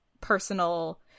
personal